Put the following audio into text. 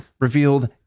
revealed